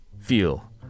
feel